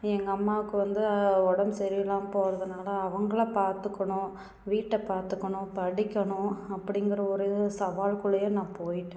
எங்கள் அம்மாவுக்கு வந்து உடம்பு சரியில்லாமல் போறதுனால் அவங்கள பார்த்துக்குணும் வீட்டை பார்த்துக்குணும் படிக்கணும் அப்படிங்கிற ஒரு சவால்குள்ளேயே நான் போயிட்டேன்